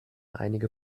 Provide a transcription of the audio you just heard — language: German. einige